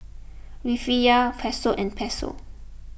Rufiyaa Peso and Peso